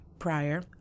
prior